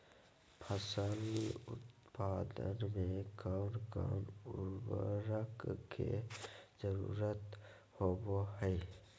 फसल उत्पादन में कोन कोन उर्वरक के जरुरत होवय हैय?